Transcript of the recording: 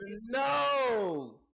no